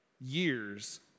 years